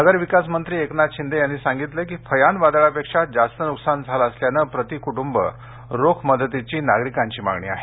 नगरविकास मंत्री एकनाथ शिंदे यांनी सांगितलं की फयान वादळापेक्षा जास्त नुकसान झाले असल्याने प्रति क्टुंब रोख मदतीची नागरिकांची मागणी आहे